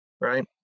right